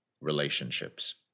relationships